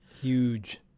Huge